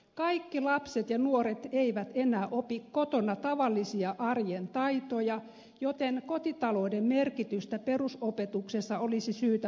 kaikki lapset ja nuoret eivät enää opi kotona tavallisia arjen taitoja joten kotitalouden merkitystä perusopetuksessa olisi syytä painottaa